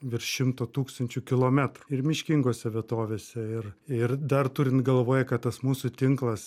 virš šimto tūkstančių kilometrų ir miškingose vietovėse ir ir dar turint galvoje kad tas mūsų tinklas